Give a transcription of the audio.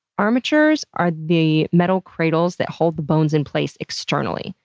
armatures are the metal cradles that hold the bones in place externally,